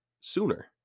sooner